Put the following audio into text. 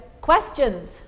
questions